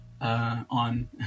on